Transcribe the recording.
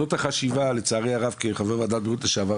זאת החשיבה לצערי הרב, כחבר ועדת בריאות לשעבר.